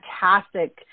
fantastic